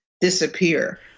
disappear